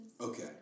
Okay